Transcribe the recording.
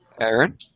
Aaron